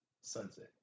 sunset